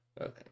Okay